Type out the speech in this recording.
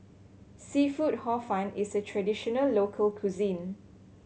seafood Hor Fun is a traditional local cuisine